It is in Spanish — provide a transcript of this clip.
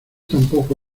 tampoco